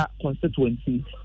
Constituency